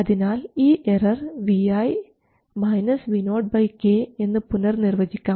അതിനാൽ ഈ error Vi Vo k എന്ന് പുനർനിർവചിക്കാം